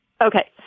Okay